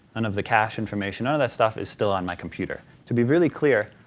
and of the cache information, none of that stuff is still on my computer. to be really clear,